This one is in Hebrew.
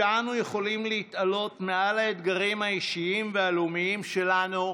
שאנו יכולים להתעלות מעל האתגרים האישיים והלאומיים שלנו,